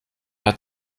hat